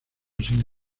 sin